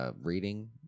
Reading